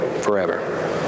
forever